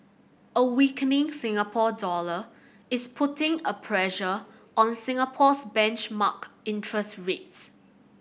a weakening Singapore dollar is putting a pressure on Singapore's benchmark interest rates